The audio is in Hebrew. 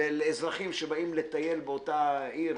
ואזרחים שבאים לטייל באותה עיר,